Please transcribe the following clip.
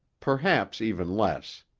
perhaps even less.